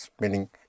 meaning